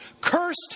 cursed